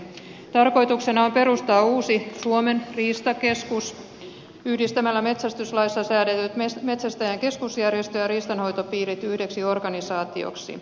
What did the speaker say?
tarkoituksena on perustaa uusi suomen riistakeskus yhdistämällä metsästyslaissa säädetyt metsästäjäin keskusjärjestö ja riistanhoitopiirit yhdeksi organisaatioksi